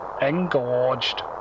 Engorged